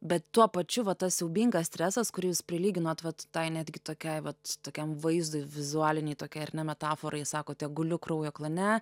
bet tuo pačiu va tas siaubingas stresas kurį jūs prilyginot vat tai netgi tokiai vat tokiam vaizdui vizualinei tokiai ar ne metaforai sakote guliu kraujo klane